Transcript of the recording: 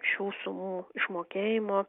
šių sumų išmokėjimo